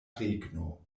regno